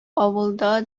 авылда